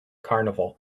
carnival